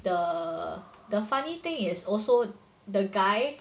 the the funny thing is also the guy